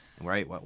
Right